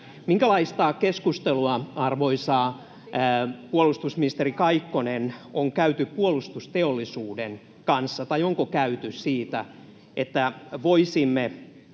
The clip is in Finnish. Minkälaista keskustelua, arvoisa puolustusministeri Kaikkonen, on käyty puolustusteollisuuden kanssa, tai onko käyty, siitä, että voisimme